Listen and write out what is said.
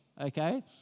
Okay